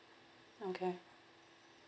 okay